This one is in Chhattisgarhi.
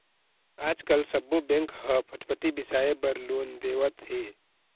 आजकाल सब्बो बेंक ह फटफटी बिसाए बर लोन देवत हे